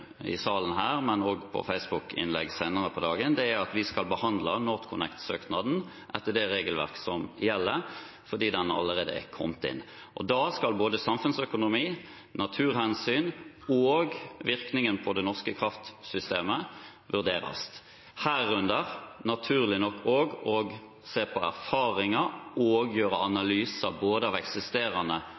i salen her i går og også i Facebook-innlegg senere på dagen, er at vi skal behandle NorthConnect-søknaden etter det regelverket som gjelder, fordi den allerede er kommet inn. Da skal både samfunnsøkonomi, naturhensyn og virkningen på det norske kraftsystemet vurderes, herunder hører naturlig nok også å se på erfaringer og gjøre analyser av både eksisterende